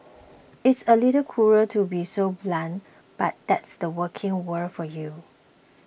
it's a little cruel to be so blunt but that's the working world for you